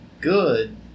Good